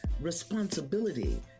responsibility